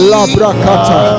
Labrakata